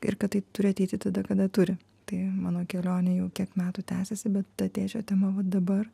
ir kad tai turi ateiti tada kada turi tai mano kelionė jau kiek metų tęsiasi bet ta tėčio tema vat dabar